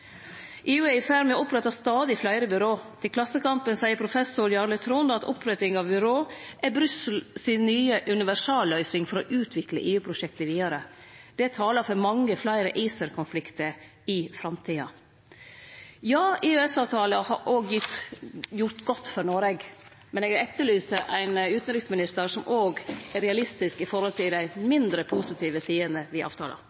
EU er i ferd med å opprette stadig fleire byrå. Til Klassekampen seier professor Jarle Trondal at oppretting av byrå er Brussel si nye universalløysing for å utvikle EU-prosjektet vidare. Det talar for mange fleire ACER-konfliktar i framtida. Ja, EØS-avtalen har òg gjort godt for Noreg, men eg etterlyser ein utanriksminister som òg er realistisk når det gjeld dei